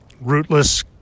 rootless